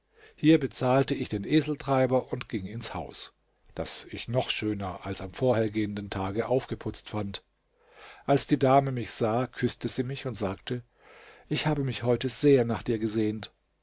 hier bezahlte ich den eseltreiber und ging ins haus das ich noch schöner als am vorhergehenden tage aufgeputzt fand als die dame mich sah küßte sie mich und sagte ich habe mich heute sehr nach dir gesehnt